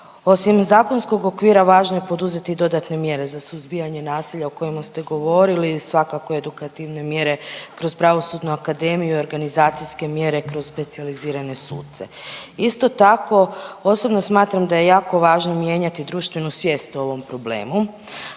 Osim zakonskog okvira važno je poduzeti dodatne mjere za suzbijanje nasilja o kojima ste govorili i svakako edukativne mjere kroz Pravosudnu akademiju i organizacijske mjere kroz specijalizirane suce. Isto tako, osobno smatram da je jako važno mijenjati društvenu svijest o ovom problemu